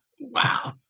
Wow